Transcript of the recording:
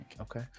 Okay